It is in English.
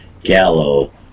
Gallo